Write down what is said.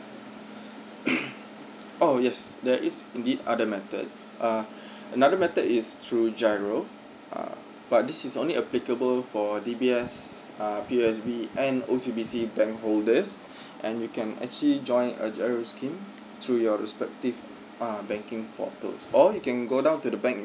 oh yes that is a bit other methods uh another matter it's through GIRO uh but this is only applicable for digby us uh you as b n o c b c bank older yes and you can actually join a jury scheme to your respective uh banking four birds all you can go down to the bank